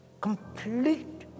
complete